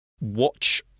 watch